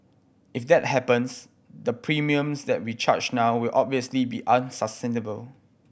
if that happens the premiums that we charge now will obviously be unsustainable